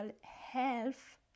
health